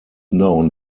known